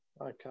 okay